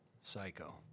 psycho